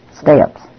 steps